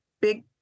big